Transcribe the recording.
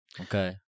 okay